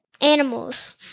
animals